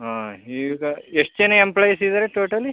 ಹಾಂ ಈಗ ಎಷ್ಟು ಜನ ಎಂಪ್ಲಾಯೀಸ್ ಇದ್ದಾರೆ ಟೋಟಲಿ